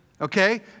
Okay